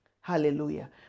Hallelujah